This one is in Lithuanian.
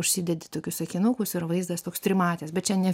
užsidedi tokius akinukus ir vaizdas toks trimatis bet čia ne